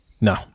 No